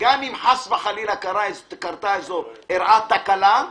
גם אם חס וחלילה אירעה תקלה,